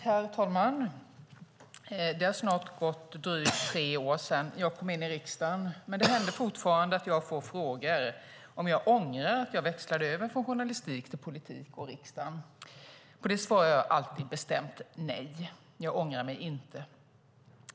Herr talman! Det har snart gått drygt tre år sedan jag kom in i riksdagen, men det händer fortfarande att jag får frågan om jag ångrar att jag växlade över från journalistik till politik och riksdagen. På det svarar jag alltid bestämt: Nej, jag ångrar mig inte.